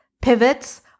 Pivots